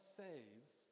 saves